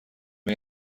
این